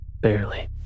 Barely